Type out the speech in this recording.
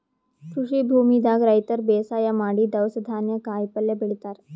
ಕೃಷಿ ಭೂಮಿದಾಗ್ ರೈತರ್ ಬೇಸಾಯ್ ಮಾಡಿ ದವ್ಸ್ ಧಾನ್ಯ ಕಾಯಿಪಲ್ಯ ಬೆಳಿತಾರ್